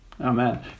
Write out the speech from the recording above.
Amen